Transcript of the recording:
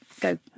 Go